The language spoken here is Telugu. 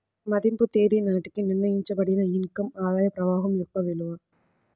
మదింపు తేదీ నాటికి నిర్ణయించబడిన ఇన్ కమ్ ఆదాయ ప్రవాహం యొక్క విలువ